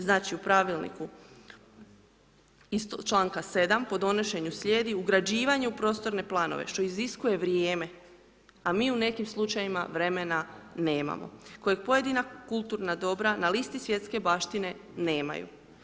Znači u pravilniku članka 7. po donošenju slijedi, ugrađivanje u prostorne planove što iziskuje vrijeme, a mi u nekim slučajevima vremena nemamo kojeg pojedina kulturna dobra na listi svjetske baštine nemaju.